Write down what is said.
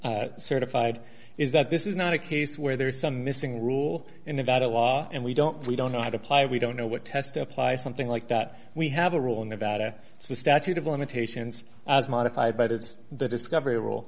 be certified is that this is not a case where there is some missing rule in nevada law and we don't we don't know how to apply we don't know what test to apply something like that we have a rule in nevada it's a statute of limitations as modified by the discovery rule